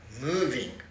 moving